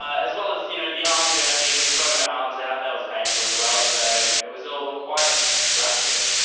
ah as well as you know the arm jerking, throwing my arms out, that was painful as well. so it was all quite drastic.